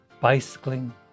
bicycling